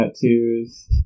tattoos